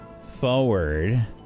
forward